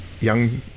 Young